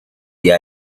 the